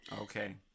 Okay